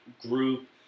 group